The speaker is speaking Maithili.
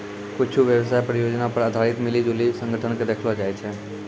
कुच्छु व्यवसाय परियोजना पर आधारित मिली जुली संगठन के देखैलो जाय छै